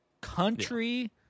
Country